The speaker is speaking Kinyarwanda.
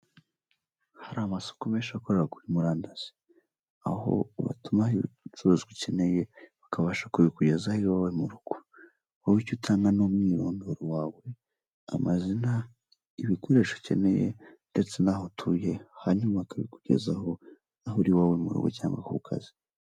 Hari amasoko menshi akorera kuri murandasi aho ubatuma ibicuruzwa ukeneye bakabasha kubikugezaho iwawe mu rugo wowe icyo utanga ni umwirondoro wawe ,amazina, ibikoresho ukeneye, ndetse n'aho utuye hanyuma bakabikugezaho aho uri iwawe mu rugo cyangwa ku kazi.